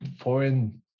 foreign